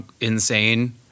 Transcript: insane